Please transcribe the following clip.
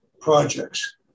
projects